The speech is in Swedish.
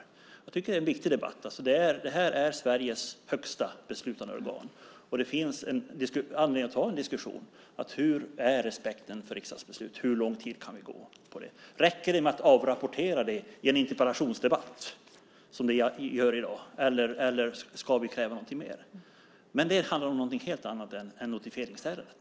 Jag tycker att det är en viktig debatt. Det här är Sveriges högsta beslutande organ, och det finns anledning att ha en diskussion om hur respekten för riksdagsbeslut är och hur lång tid som kan gå. Räcker det med att avrapportera det i en interpellationsdebatt, som vi gör i dag, eller ska vi kräva någonting mer? Men det handlar om någonting helt annat än notifieringsärendet.